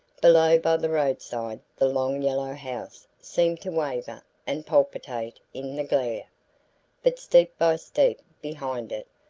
below, by the roadside, the long yellow house seemed to waver and palpitate in the glare but steep by steep, behind it,